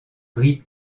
gris